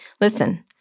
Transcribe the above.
listen